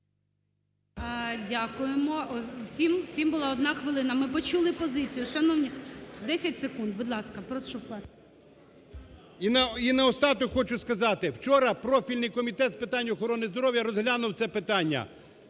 Дякуємо. Всім була одна хвилина. Ми почули позицію. Шановні… 10 секунд, будь ласка, прошу вкластися. ШУРМА І.М. І наостанок хочу сказати. Вчора профільний Комітет з питань охорони здоров'я розглянув це питання.